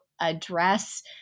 address